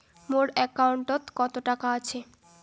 মোর একাউন্টত কত টাকা আছে?